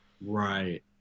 Right